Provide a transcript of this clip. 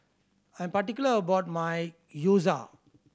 I'm particular about my Gyoza